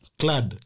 clad